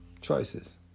choices